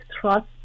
trust